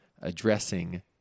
addressing